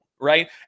right